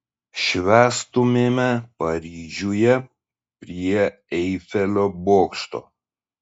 švęstumėme paryžiuje prie eifelio bokšto